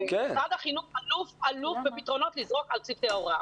משרד החינוך אלוף בפתרונות לזרוק על צוותי ההוראה.